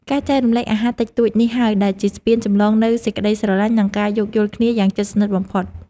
ការចែករំលែកអាហារតិចតួចនេះហើយ ដែលជាស្ពានចម្លងនូវសេចក្តីស្រឡាញ់ និងការយោគយល់គ្នាយ៉ាងជិតស្និទ្ធបំផុត។